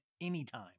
anytime